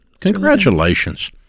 Congratulations